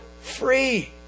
free